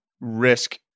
risk